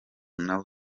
nabo